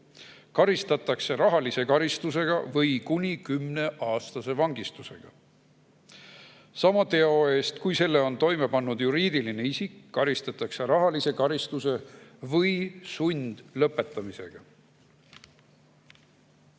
karistatakse rahalise karistusega või kuni kümneaastase vangistusega. Sama teo eest, kui selle on toime pannud juriidiline isik, karistatakse rahalise karistusega või sundlõpetamisega. Surrogaatemaduse